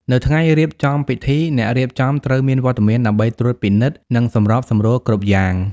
នៅថ្ងៃរៀបចំពិធី អ្នករៀបចំត្រូវមានវត្តមានដើម្បីត្រួតពិនិត្យ និងសម្របសម្រួលគ្រប់យ៉ាង។